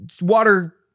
water